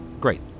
Great